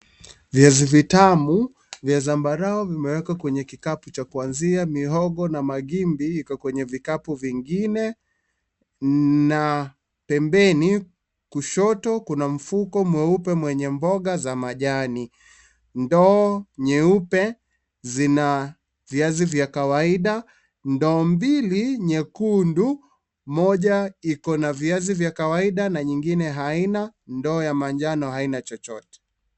Viazi vitamu, vya sambarau ,vimeekwa kwenye kikapu cha kuanzia mihogo, na migambi iko kwenye vikapu zingine, na pembeni kushoto, kuna mfuko mweupe, mwenye mboga za majani. Ndoo nyeupe, zina viazi vya kawaida. Ndoo mbili ,nyekundu, moja iko na viazi vya kawaida na nyingine haina. Ndoo ya manjano, haina chochote.